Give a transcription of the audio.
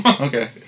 Okay